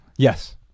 Yes